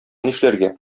нишләргә